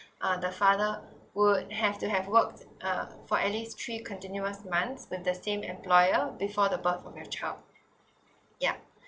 uh the father would have to have works uh for at least three continuous months with the same employer before the birth of your childhood ya